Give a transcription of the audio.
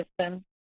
system